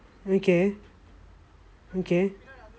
okay okay